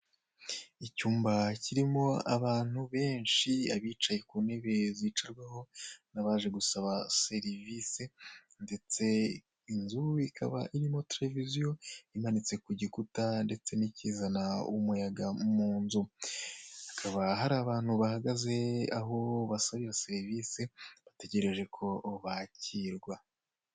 Icyumba kirimo abantu benshi abicaye ku ntebe zicarwaho n'abaje gusaba serivise ndetse inzu ikaba arimo tereviziyo imanitse ku gikuta ndetse n'ikizana umuyaga mu nzu, hakaba hari abantu bahagaze aho basabira izo serivise bategereje ko bakirwa.